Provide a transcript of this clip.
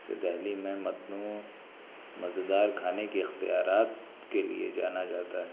ویسے دہلی میں متنوع مزےدار کھانے کے اختیارات کے لیے جانا جاتا ہے